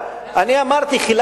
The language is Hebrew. אני אומר את זה כעובדה,